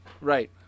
right